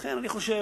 לכן אני חושב